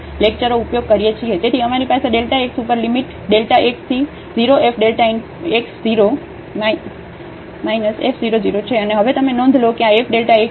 તેથી અમારી પાસે Δ x ઉપર લિમિટ Δ x થી 0 f Δ x 0 f 0 0 છે અને હવે તમે નોંધ લો કે આ f Δ x 0